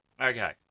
Okay